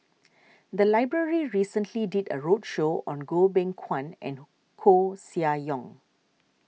the library recently did a roadshow on Goh Beng Kwan and Koeh Sia Yong